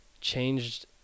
changed